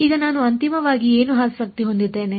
ಈಗ ನಾನು ಅಂತಿಮವಾಗಿ ಏನು ಆಸಕ್ತಿ ಹೊಂದಿದ್ದೇನೆ